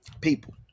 People